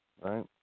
Right